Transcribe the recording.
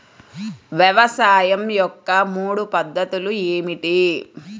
వ్యవసాయం యొక్క మూడు పద్ధతులు ఏమిటి?